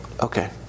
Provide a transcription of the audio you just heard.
Okay